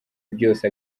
byose